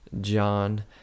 John